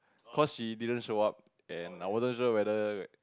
cause she didn't show up and I wasn't sure whether